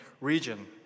region